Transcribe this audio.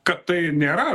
kad tai nėra